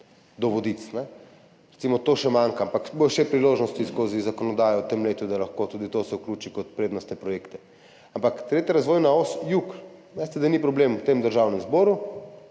Recimo to še manjka, ampak bo še priložnosti skozi zakonodajo v tem letu, da se lahko tudi to vključi kot prednostne projekte. Ampak 3. razvojna os jug, veste, da ni problema v tem državnem zboru,